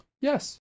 Yes